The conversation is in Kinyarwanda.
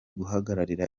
guhagararira